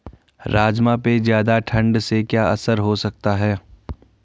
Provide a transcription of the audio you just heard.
राजमा पे ज़्यादा ठण्ड से क्या असर हो सकता है?